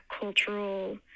cultural